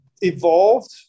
evolved